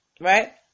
Right